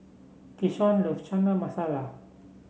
Keshaun loves Chana Masala